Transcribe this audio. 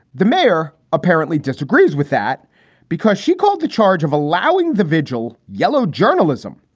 the mayor apparently disagrees with that because she called the charge of allowing the vigil. yellow journalism.